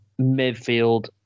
Midfield